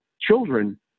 children